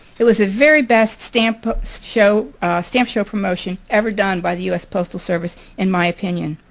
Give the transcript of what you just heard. it was a very best stamp show stamp show promotion ever done by the u s. postal service in my opinion.